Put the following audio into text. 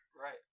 right